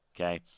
Okay